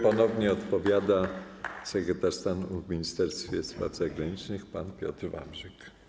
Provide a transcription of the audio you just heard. Ponownie odpowiada sekretarz stanu w Ministerstwie Spraw Zagranicznych pan Piotr Wawrzyk.